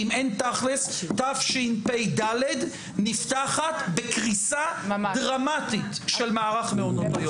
כי אם אין תכלס תשפ"ד נפתחת בקריסה דרמטית של מערך מעונות היום.